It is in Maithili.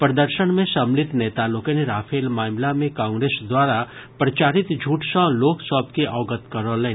प्रदर्शन मे सम्मिलित नेता लोकनि राफेल मामिला मे कांग्रेस द्वारा प्रचारित झूठ सँ लोक सभ के अवगत करौलनि